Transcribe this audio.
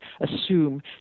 assume